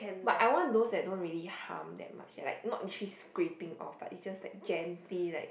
but I want those that don't really harm that much like not literally scrapping off but it's just like gently like